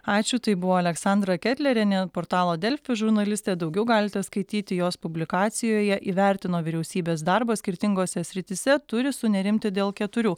ačiū tai buvo aleksandra ketlerienė portalo delfi žurnalistė daugiau galite skaityti jos publikacijoje įvertino vyriausybės darbą skirtingose srityse turi sunerimti dėl keturių